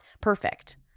perfect